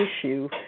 issue